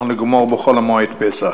אנחנו נגמור בחול-המועד פסח.